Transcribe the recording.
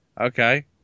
Okay